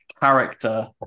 character